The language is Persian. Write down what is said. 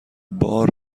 بار